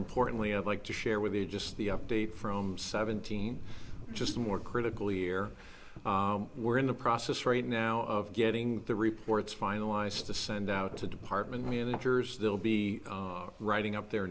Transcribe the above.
importantly i'd like to share with you just the update from seventeen just more critically here we're in the process right now of getting the reports finalized to send out to department managers they'll be writing up their